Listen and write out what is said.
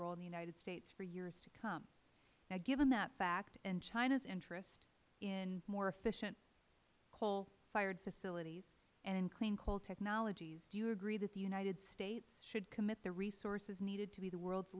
role in the united states for years to come given that fact and china's interest in more efficient coal fired facilities and in clean coal technologies do you agree that the united states should commit the resources needed to be the world's